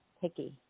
picky